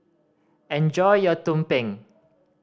enjoy your tumpeng